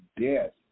death